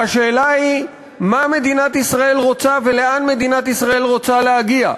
והשאלה היא מה מדינת ישראל רוצה ולאן מדינת ישראל רוצה להגיע.